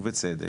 ובצדק,